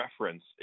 reference